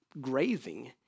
grazing